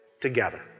together